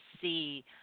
see